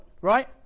right